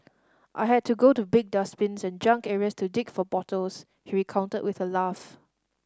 I had to go to big dustbins and junk areas to dig for bottles he recounted with a laugh